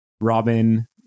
Robin